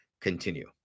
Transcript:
continue